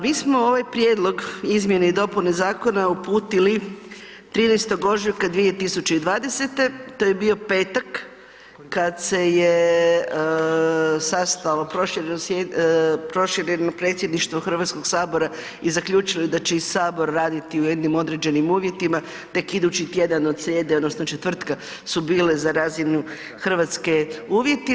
Mi smo ovaj prijedlog izmjene i dopune Zakona uputili 13.ožujka 2020.to je bio petak kad se je sastalo prošireno predsjedništvo HS-a i zaključili da će i Sabor raditi u jednim određenim uvjetima, tek idući tjedan od srijede odnosno četvrtka su bile za razinu Hrvatske uvjeti.